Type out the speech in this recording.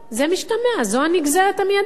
זה משתמע, זו הנגזרת המיידית,